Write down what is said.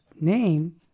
name